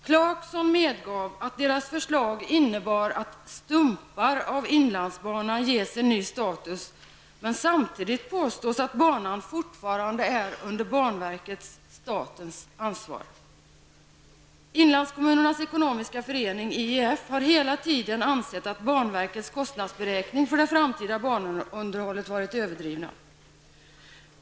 Clarkson medgav att deras förslag innebär att ''stumpar'' av inlandsbanan ges en ny status, men samtidigt påstås att banan fortfarande är under banverkets -- statens -- ansvar. har hela tiden ansett att banverkets kostnadsberäkning för det framtida banunderhållet varit överdrivna.